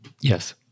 Yes